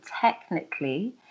technically